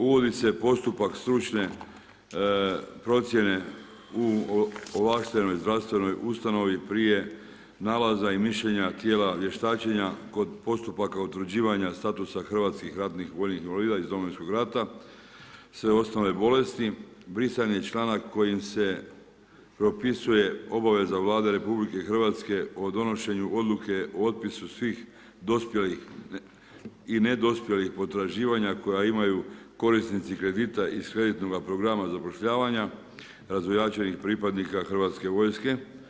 Uvodi se postupak stručne procjene u ovlaštenoj zdravstvenoj ustanovi prije nalažena mišljenja tijela vještačenja kod postupka utvrđivanja statusa hrvatskih ratnih invalida iz Domovinskog rata, sve ostale bolesti, brisan je članak kojim se propisuje obaveza Vlade RH, o donošenju odluke o otpisu svih dospjelih i nedospjelih potraživanja koja imaju korisnici kredita iz kreditnoga programa zapošljavanja, … hrvatske vojske.